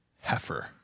heifer